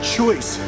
choice